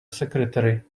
secretary